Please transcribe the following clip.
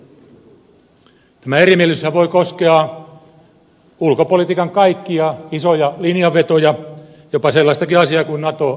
tämä erimielisyyshän voi koskea ulkopolitiikan kaikkia isoja linjavetoja jopa sellaistakin asiaa kuin nato jäsenyys